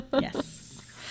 Yes